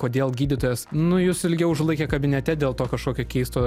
kodėl gydytojas nu jus ilgiau užlaikė kabinete dėl to kažkokio keisto